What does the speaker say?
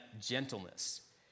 gentleness